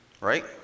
right